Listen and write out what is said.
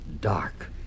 dark